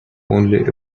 only